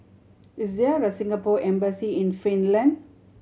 is there a Singapore Embassy in Finland